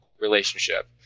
relationship